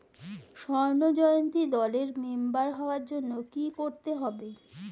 স্বর্ণ জয়ন্তী দলের মেম্বার হওয়ার জন্য কি করতে হবে?